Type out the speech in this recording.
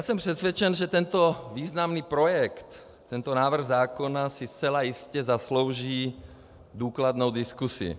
Jsem přesvědčen, že tento významný projekt, tento návrh zákona si zcela jistě zaslouží důkladnou diskusi.